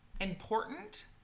important